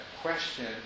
question